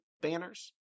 Banners